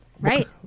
Right